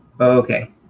okay